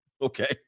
okay